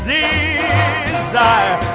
desire